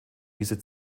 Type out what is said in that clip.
diese